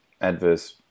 adverse